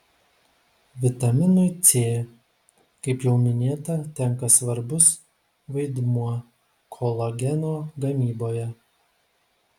vitaminui c kaip jau minėta tenka svarbus vaidmuo kolageno gamyboje